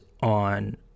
on